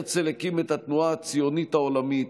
הרצל הקים את התנועה הציונית העולמית,